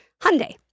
Hyundai